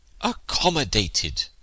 accommodated